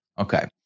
Okay